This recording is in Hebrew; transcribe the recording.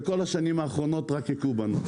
ובכל השנים האחרונות רק הכו בנו.